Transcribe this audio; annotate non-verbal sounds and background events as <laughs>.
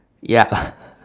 ya <laughs>